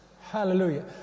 Hallelujah